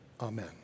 amen